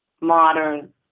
modern